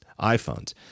iPhones